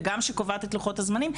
וגם שקובעת את לוחות הזמנים,